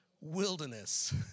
wilderness